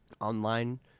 online